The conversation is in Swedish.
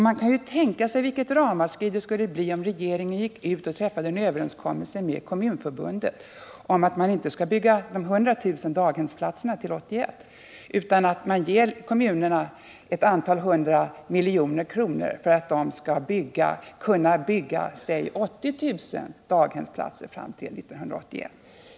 Man kan tänka sig vilket ramaskri det skulle bli, om regeringen träffade en överenskommelse med Kommunförbundet om att man inte skall bygga de 100 000 daghemsplatserna fram till 1981 utan ger kommunerna ett antal miljoner kronor för att de skall bygga 80 000 daghemsplatser fram till 1981.